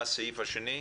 מה הסעיף השני?